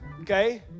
okay